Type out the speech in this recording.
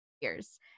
years